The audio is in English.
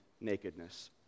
nakedness